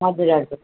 हजुर हजुर